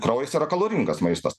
kraujas yra kaloringas maistas